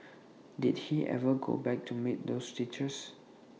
did he ever go back to meet those teachers